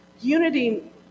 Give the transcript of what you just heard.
Unity